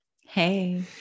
Hey